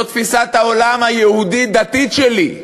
זאת תפיסת העולם היהודית-דתית שלי,